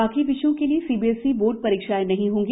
बाकी विषयों के लिए सीबीएसई बोर्ड परीक्षाएं नहीं होंगी